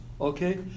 Okay